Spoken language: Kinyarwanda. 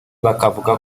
bakavuga